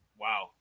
wow